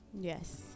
yes